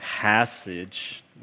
Passage